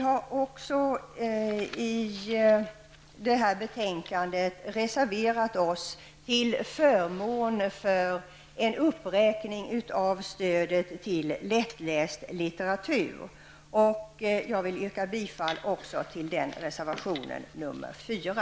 Som framgår av det aktuella betänkandet reserverar vi oss till förmån för en uppräkning av stödet till lättläst litteratur. Jag yrkar således bifall också till reservation nr 4.